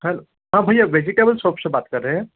hello हाँ भैया vegetable shop से बात कर रहे हैं